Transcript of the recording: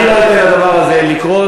אני לא אתן לדבר הזה לקרות.